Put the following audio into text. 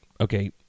Okay